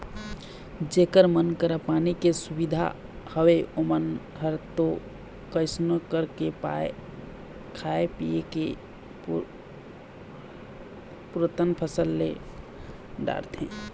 जेखर मन करा पानी के सुबिधा हवय ओमन ह तो कइसनो करके खाय पींए के पुरतन फसल ले डारथे